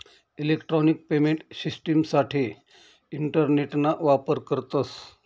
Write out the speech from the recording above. electronic payment शिश्टिमसाठे इंटरनेटना वापर करतस